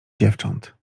dziewcząt